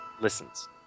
Listens